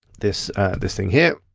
this this thing here.